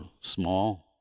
small